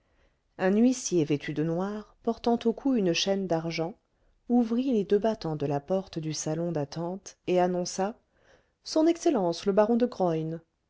un huissier vêtu de noir portant au cou une chaîne d'argent ouvrit les deux battants de la porte du salon d'attente et annonça son excellence le baron de